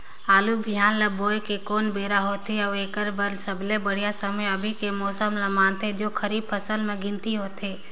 आलू बिहान ल बोये के कोन बेरा होथे अउ एकर बर सबले बढ़िया समय अभी के मौसम ल मानथें जो खरीफ फसल म गिनती होथै?